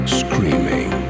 screaming